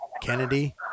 Kennedy